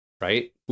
right